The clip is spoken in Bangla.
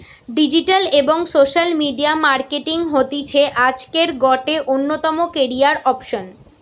ডিজিটাল এবং সোশ্যাল মিডিয়া মার্কেটিং হতিছে আজকের গটে অন্যতম ক্যারিয়ার অপসন